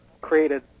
created